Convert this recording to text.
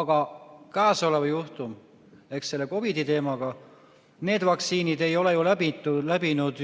Aga käesoleval juhtumil ehk selle COVID-i teema puhul need vaktsiinid ei ole ju läbinud